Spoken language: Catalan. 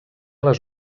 les